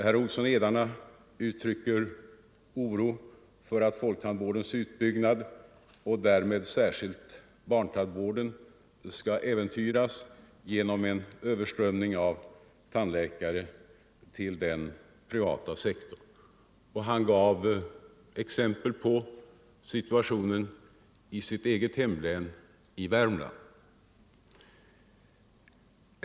Herr Olsson i Edane uttrycker oro för att folktandvårdens och särskilt barntandvårdens utbyggnad skall äventyras genom en överströmning av tandläkare till den privata sektorn, och han gav exempel på situationen i sitt eget hemlän, i Värmland.